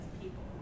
people